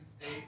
State